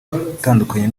utandukanye